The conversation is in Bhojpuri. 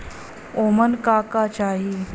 ओमन का का चाही?